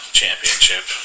championship